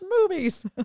movies